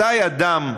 מתי אדם,